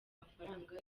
mafaranga